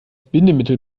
bindemittel